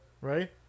Right